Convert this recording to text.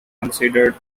considered